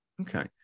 Okay